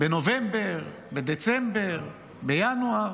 בנובמבר, בדצמבר, בינואר.